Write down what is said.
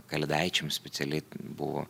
kalėdaičiam specialiai buvo